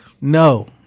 No